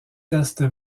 test